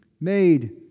made